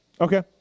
Okay